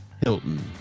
Hilton